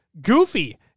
Goofy